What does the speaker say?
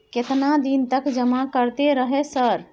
केतना दिन तक जमा करते रहे सर?